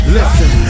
Listen